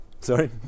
Sorry